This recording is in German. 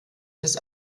des